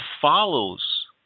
follows